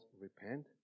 repent